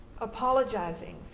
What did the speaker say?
apologizing